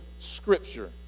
Scripture